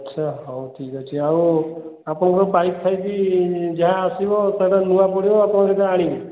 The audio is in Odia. ଆଚ୍ଛା ହଉ ଠିକ୍ ଅଛି ଆଉ ଆପଣଙ୍କ ପାଇପ୍ ଫାଇପ ଯାହା ଆସିବ ସେଇଟା ନୂଆ ପଡ଼ିବ ଆପଣ ସେଇଟା ଆଣିବେ